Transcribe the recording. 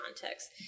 context